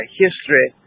history